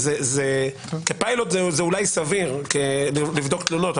כי כפיילוט זה אולי סביר לבדוק תלונות,